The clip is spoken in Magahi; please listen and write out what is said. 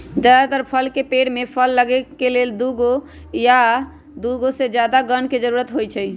जदातर फल के पेड़ में फल लगे के लेल दुगो या दुगो से जादा गण के जरूरत होई छई